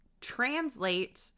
translate